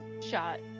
shot